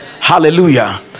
Hallelujah